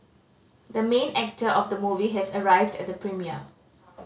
the main actor of the movie has arrived at the premiere